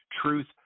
Truth